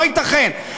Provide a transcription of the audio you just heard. לא ייתכן.